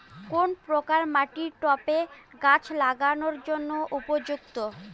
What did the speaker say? কোন প্রকার মাটি টবে গাছ লাগানোর জন্য উপযুক্ত?